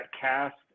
cast